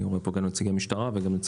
אני רואה פה את נציגי המשטרה והארגונים.